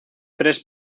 tres